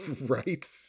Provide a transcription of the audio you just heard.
right